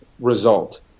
result